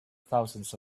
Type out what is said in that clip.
thousands